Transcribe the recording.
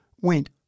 went